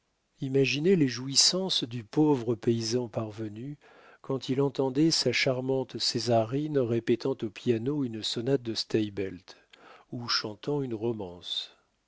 imaginez les jouissances du pauvre paysan parvenu quand il entendait sa charmante césarine répétant au piano une sonate de steibelt ou chantant une romance